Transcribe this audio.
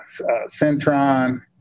Centron